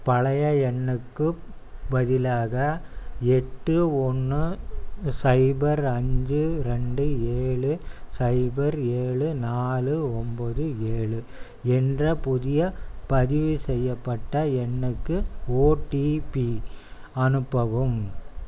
பழைய எண்ணுக்குப் பதிலாக எட்டு ஒன்று சைபர் அஞ்சு ரெண்டு ஏழு சைபர் ஏழு நாலு ஒம்பது ஏழு என்ற புதிய பதிவு செய்யப்பட்ட எண்ணுக்கு ஓடிபி அனுப்பவும்